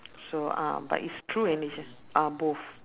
so uh but it's true and ah both